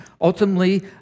Ultimately